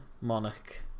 monarch